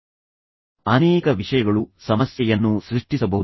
ಆದ್ದರಿಂದ ನಿಮಗೆ ಅದೇ ಸಮಯದಲ್ಲಿ ಬರುವ ಅನೇಕ ವಿಷಯಗಳು ಸಮಸ್ಯೆಯನ್ನೂ ಸೃಷ್ಟಿಸಬಹುದು